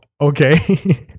okay